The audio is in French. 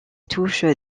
touche